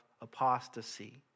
Apostasy